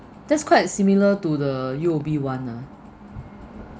that's quite similar to the U_O_B [one] lah